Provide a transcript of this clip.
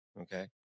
Okay